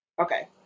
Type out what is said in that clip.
Okay